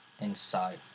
inside